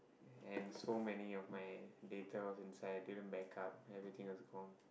and so many of my data was inside I didn't back up everything was gone